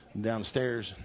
downstairs